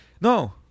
No